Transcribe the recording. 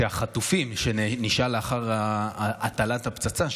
כשנשאל לאחר הטלת הפצצה,